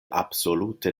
absolute